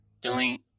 Delete